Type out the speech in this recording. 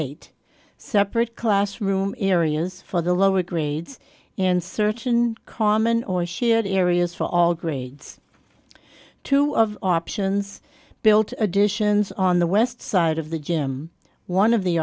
eight separate classroom areas for the lower grades and certain crossman or shared areas for all grades two of options built additions on the west side of the gym one of the